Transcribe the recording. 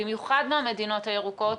במיוחד מהמדינות הירוקות,